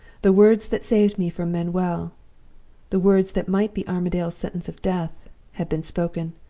the words that saved me from manuel the words that might be armadale's sentence of death had been spoken.